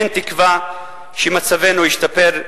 אין תקווה שמצבנו ישתפר,